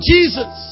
Jesus